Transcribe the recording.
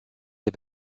des